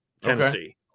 Tennessee